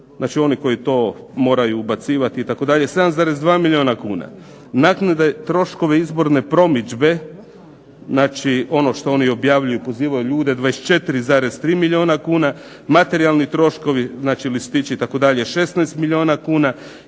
znači oni koji to moraju ubacivati itd. 7,2 milijuna kuna, naknade troškovi izborne promidžbe, znači ono što oni objavljuju i pozivaju ljude 24,3 milijuna kuna, materijalni troškovi, znači listići itd. 16 milijuna kuna,